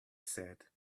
said